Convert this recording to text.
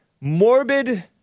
morbid